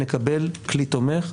נקבל כלי תומך,